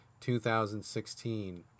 2016